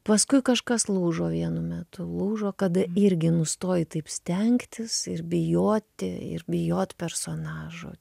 paskui kažkas lūžo vienu metu lūžo kada irgi nustoji taip stengtis ir bijoti ir bijot personažo